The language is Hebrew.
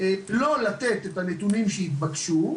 או לא לתת את הנתונים שהתבקשו.